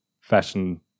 fashion